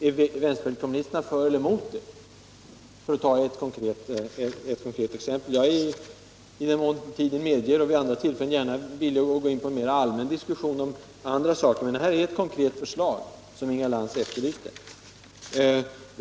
Är vänsterpartiet kommunisterna för eller emot det? I den mån tiden medger det, är jag gärna med om att vid andra tillfällen gå in på en diskussion om också andra saker, men detta är ett konkret förslag, som Inga Lantz efterlyste.